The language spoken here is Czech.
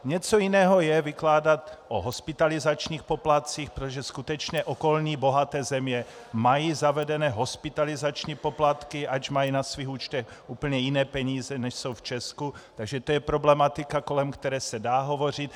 Něco jiného je vykládat o hospitalizačních poplatcích, protože skutečně okolní bohaté země mají zavedeny hospitalizační poplatky, ač mají na svých účtech úplně jiné peníze, než jsou v Česku, takže to je problematika, kolem které se dá hovořit.